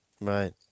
Right